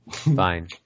Fine